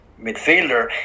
midfielder